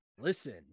listen